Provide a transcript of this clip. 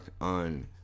on